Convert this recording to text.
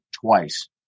twice